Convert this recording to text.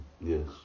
Yes